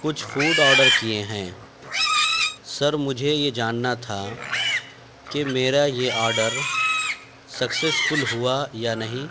کچھ food order کیے ہیں سر مجھے یہ جاننا تھا کہ میرا یہ آڈر سکسیزفل ہوا یا نہیں